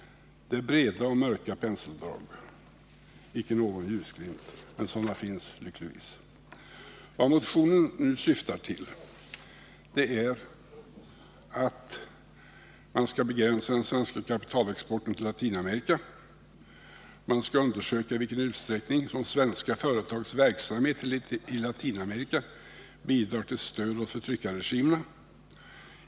Det är breda och mörka penseldrag, icke någon ljusglimt. Men sådana finns lyckligtvis. Vad motionen syftar till är att man skall begränsa den svenska kapitalexporten till Latinamerika. Man skall undersöka i vilken utsträckning som svenska företags verksamhet i Latinamerika bidrar till stöd åt förtryckarregimerna.